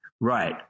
Right